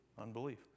Unbelief